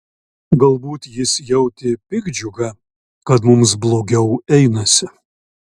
galbūt jis jautė piktdžiugą kad mums blogiau einasi